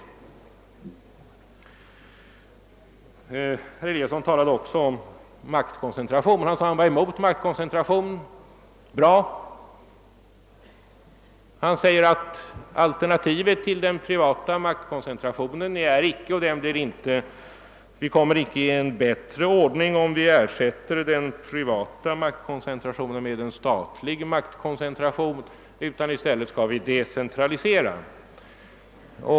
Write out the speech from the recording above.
Herr Eliasson sade att han var emot maktkoncentration. Bra! Han sade också, att vi icke åstadkommer en bättre ordning om vi ersätter den privata maktkoncentrationen med en statlig — i stället bör vi decentralisera.